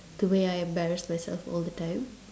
the way I embarrass myself all the time